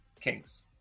Kings